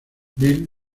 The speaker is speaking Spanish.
bill